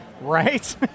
Right